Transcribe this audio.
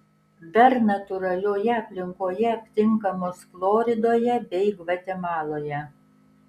dar natūralioje aplinkoje aptinkamos floridoje bei gvatemaloje